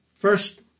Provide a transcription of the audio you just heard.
first